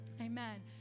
Amen